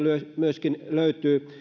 löytyy myös